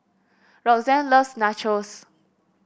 Roxanne loves Nachos